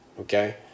okay